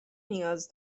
نیاز